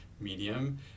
medium